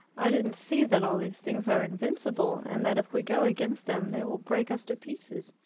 i didn't see that all these things are invincible, and that if we go against them they will break us to pieces.